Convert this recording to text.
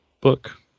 book